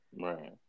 right